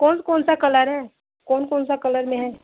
कौन कौन सा कलर है कौन कौन सा कलर में है